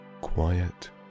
quiet